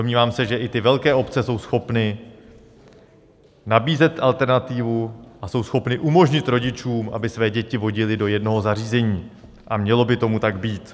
Domnívám se, že i ty velké obce jsou schopny nabízet alternativu a jsou schopny umožnit rodičům, aby své děti vodili do jednoho zařízení, a mělo by tomu tak být.